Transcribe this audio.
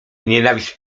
nienawiść